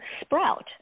sprout